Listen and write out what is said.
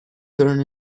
turn